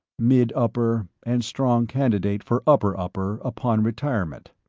mid-upper, and strong candidate for upper-upper upon retirement.